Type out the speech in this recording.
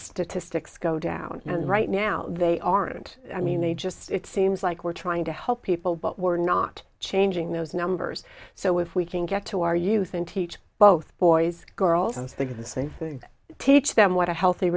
statistics go down and right now they aren't i mean they just it seems like we're trying to help people but we're not changing those numbers so if we can get to our youth and teach both boys girls and existence to teach them what a healthy